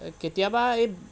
কেতিয়াবা এই